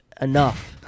enough